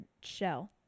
shell